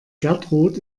gertrud